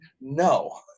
No